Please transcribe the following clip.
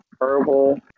herbal